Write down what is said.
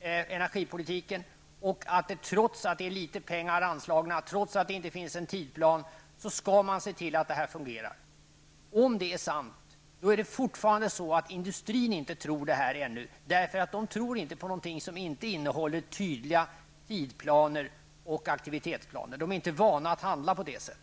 energipolitiken, och trots att det är litet pengar anslagna och trots att det inte finns en tidsplan skall man se till att det här fungerar. Om detta är sant är det fortfarande så att industrin inte tror det ännu. De tror inte på någonting som inte innehåller tydliga tidsplaner och aktivitetsplaner. De är inte vana att handla på det sättet.